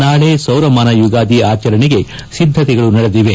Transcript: ನಾಳೆ ಸೌರಮಾನ ಯುಗಾದಿ ಆಚರಣೆಗೆ ಸಿದ್ದತೆಗಳು ನಡೆದಿವೆ